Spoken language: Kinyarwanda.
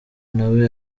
nawe